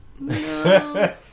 No